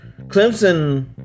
Clemson